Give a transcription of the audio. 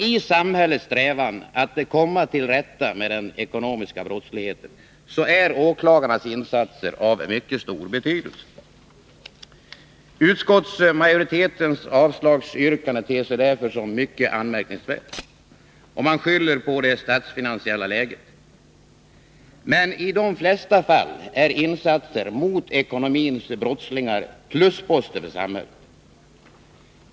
I samhällets strävan att komma till rätta med den ekonomiska brottsligheten är åklagarnas insatser av mycket stor betydelse. Utskottsmajoritetens avslagsyrkande ter sig därför mycket anmärkningsvärt. Man skyller på det statsfinansiella läget. Men i de flesta fall är insatser mot ekonomins brottslingar plusposter för samhället.